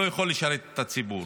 והוא לא יכול לשרת את הציבור.